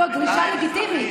זו דרישה לגיטימית.